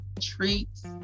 treats